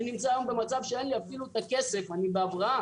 אני נמצא היום במצב שאין לי את הכסף, אני בהבראה.